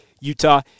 Utah